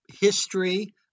history